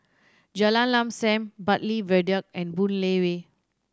Jalan Lam Sam Bartley Viaduct and Boon Lay Way